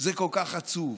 זה כל כך עצוב.